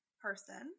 person